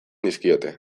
dizkiote